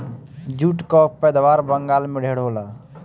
jute कअ पैदावार बंगाल में ढेर होला